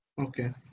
Okay